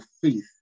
faith